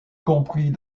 compris